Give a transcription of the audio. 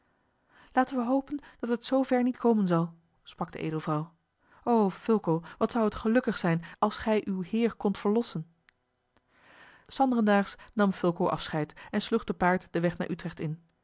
laten we hopen dat het zoover niet komen zal sprak de edelvrouw o fulco wat zou het gelukkig zijn als gij uw heer kondt verlossen s anderendaags nam fulco afscheid en sloeg te paard den weg naar utrecht in